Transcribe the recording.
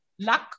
luck